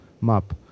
map